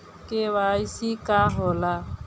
KYC का होला?